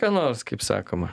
ką nors kaip sakoma